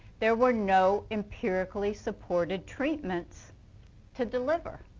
there were no empirically supported treatments to deliver.